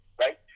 right